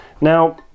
now